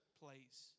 place